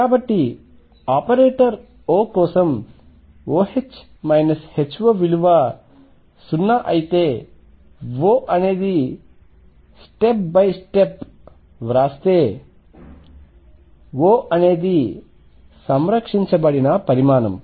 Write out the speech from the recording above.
కాబట్టి operator O కోసం OH HO విలువ 0 అయితే O అనేది స్టెప్ బై స్టెప్ వ్రాస్తే O అనేది సంరక్షించబడిన పరిమాణం